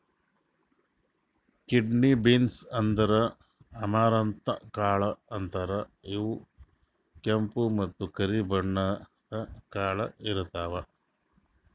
kidney beans ಅಂದ್ರ amaranth ಕಾಳ್ ಅಂತಾರ್ ಇವ್ ಕೆಂಪ್ ಮತ್ತ್ ಕರಿ ಬಣ್ಣದ್ ಕಾಳ್ ಇರ್ತವ್